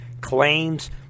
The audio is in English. claims